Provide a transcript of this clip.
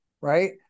right